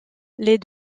les